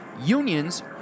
Unions